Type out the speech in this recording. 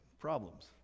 problems